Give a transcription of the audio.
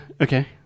okay